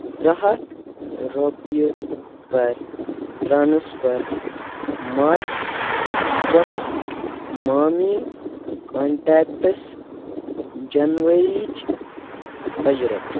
زٕ ہَتھ رۄپیہِ کَر ٹرٛانٕسفَر ماسہِ پۄپھِ مامی کانٹیکٹٕس جَنؤریٖچ أجرت